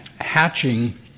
Hatching